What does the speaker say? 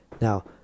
Now